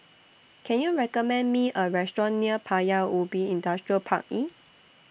Can YOU recommend Me A Restaurant near Paya Ubi Industrial Park E